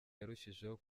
yarushijeho